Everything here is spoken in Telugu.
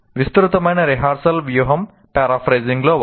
విస్తృతమైన రిహార్సల్ వ్యూహం పారాఫ్రేజింగ్ లో ఒకటి